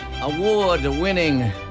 award-winning